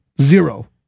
Zero